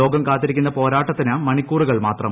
ലോകം കാത്തിരിക്കുന്ന പോരാട്ടത്തിന് മ്ണീക്കൂറുകൾ മാത്രം